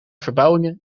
verbouwingen